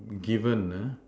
given uh